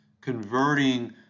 converting